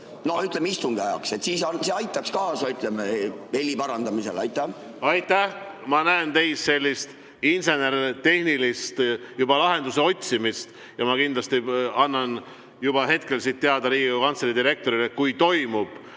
no ütleme, istungi ajaks? Siis see aitaks kaasa heli parandamisele. Aitäh! Ma näen teis sellist insener-tehnilist lahenduse otsimist ja ma kindlasti annan juba hetkel siit teada Riigikogu Kantselei direktorile, et kui toimub